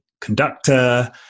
conductor